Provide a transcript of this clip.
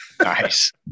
Nice